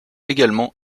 également